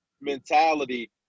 mentality